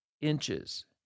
inches